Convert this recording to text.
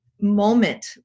moment